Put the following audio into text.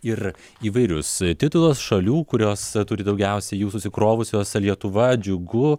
ir įvairius titulus šalių kurios turi daugiausiai jų susikrovusios lietuva džiugu